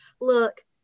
Look